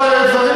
כוח לגדעון.